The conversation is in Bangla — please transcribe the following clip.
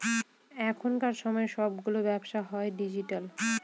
এখনকার সময় সবগুলো ব্যবসা হয় ডিজিটাল